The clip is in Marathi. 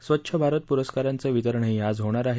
स्वच्छ भारत पुरस्कारांचं वितरणही आज होणार आहे